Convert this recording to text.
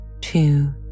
two